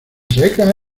seca